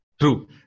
True